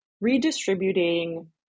redistributing